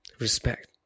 respect